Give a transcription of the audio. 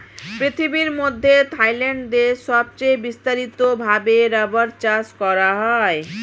পৃথিবীর মধ্যে থাইল্যান্ড দেশে সবচে বিস্তারিত ভাবে রাবার চাষ করা হয়